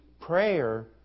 prayer